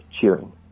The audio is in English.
cheering